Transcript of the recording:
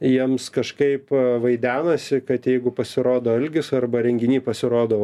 jiems kažkaip vaidenasi kad jeigu pasirodo algis arba renginy pasirodau